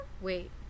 Wait